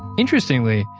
interestingly,